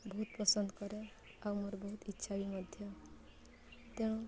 ବହୁତ ପସନ୍ଦ କରେ ଆଉ ମୋର ବହୁତ ଇଚ୍ଛା ବି ମଧ୍ୟ ତେଣୁ